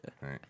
right